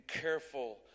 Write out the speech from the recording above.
careful